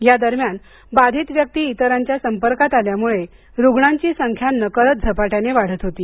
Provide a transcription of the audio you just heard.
या दरम्यान बाधित व्यक्ती इतरांच्या संपर्कात आल्यामूळे रुग्णांची संख्या न कळत झपाट्याने वाढत होती